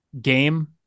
game